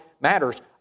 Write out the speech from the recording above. matters